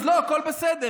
אז לא, הכול בסדר.